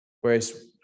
whereas